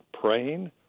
praying